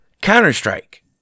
Counter-Strike